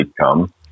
come